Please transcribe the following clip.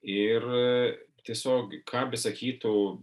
ir tiesiog ką besakytų